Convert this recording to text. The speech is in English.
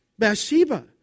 Bathsheba